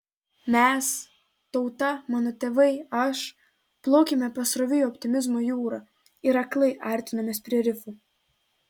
mes tauta mano tėvai aš plaukėme pasroviui optimizmo jūra ir aklai artinomės prie rifų